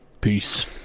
Peace